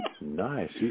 Nice